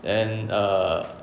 and err